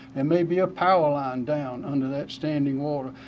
it might be a power line down under that standing water.